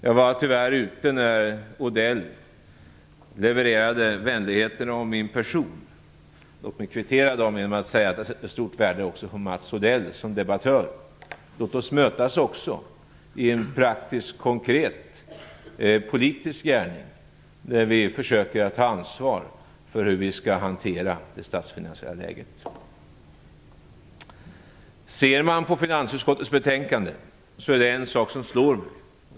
Jag var tyvärr ute när Odell levererade vänligheterna om min person. Låt mig kvittera dem genom att säga att jag sätter stort värde på Mats Odell som debattör. Låt oss mötas också i en praktisk konkret politisk gärning, där vi försöker att ta ansvar för hur vi skall hantera det statsfinansiella läget. Ser man på finansutskottets betänkande är det en sak som slår en.